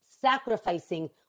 sacrificing